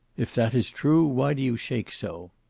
if that is true, why do you shake so?